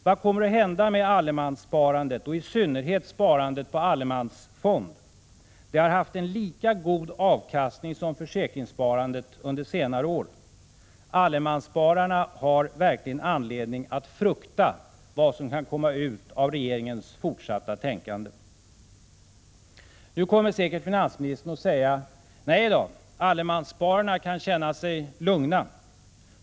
Vad kommer att hända med allemanssparandet och i synnerhet sparandet på allemansfond? Det har haft en lika god avkastning som försäkringssparandet under senare år. Allemansspararna har verkligen anledning att frukta vad som kan komma ut av regeringens fortsatta tänkande. Nu kommer säkert finansministern att säga att allemansspararna kan känna sig lugna.